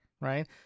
right